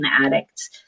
addicts